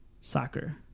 soccer